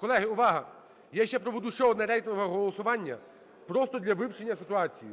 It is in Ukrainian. Колеги, увага! Я і ще проведу ще одне рейтингове голосування просто для вивчення ситуації,